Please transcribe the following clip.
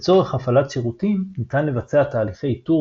לצורך הפעלת שירותים ניתן לבצע תהליכי איתור